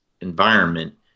environment